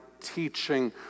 teaching